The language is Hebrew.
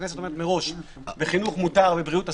הכנסת אומרת מראש: בחינוך מותר, בבריאות אסור.